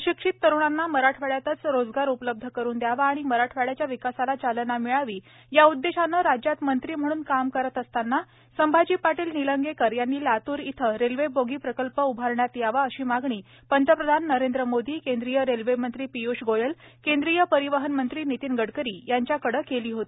स्शिक्षित तरुणांना मराठवाड्यातच रोजगार उपलब्ध करून दयावा आणि मराठवाड्याच्या विकासाला चालना मिळावी या उददेशाने राज्यात मंत्री म्हणून काम करीत असताना संभाजी पाटील निलंगेकर यांनी लातूर येथे रेल्वे बोगी प्रकल्प उभारण्यात यावा अशी मागणी पंतप्रधान नरेंद्र मोदी केंद्रीय रेल्वे मंत्री पियृष गोयल केंद्रीय परिवहन मंत्री नितीन गडकरी यांच्याकडे केली होती